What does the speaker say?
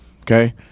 okay